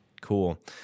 Cool